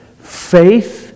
Faith